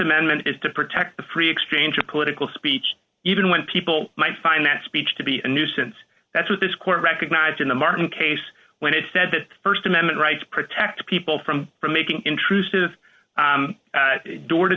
amendment is to protect the free exchange of political speech even when people might find that speech to be a nuisance that's what this court recognized in the martin case when it said that st amendment rights protect people from from making intrusive door to door